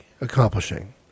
accomplishing